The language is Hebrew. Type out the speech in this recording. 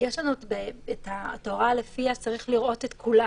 יש לנו את התורה שלפיה צריך לראות את כולם.